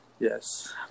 Yes